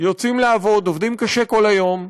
יוצאים לעבוד, עובדים קשה כל היום,